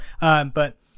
but-